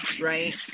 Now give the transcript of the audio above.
right